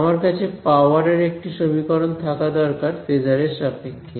আমার কাছে পাওয়ার এর একটি সমীকরণ থাকা দরকার ফেজার এর সাপেক্ষে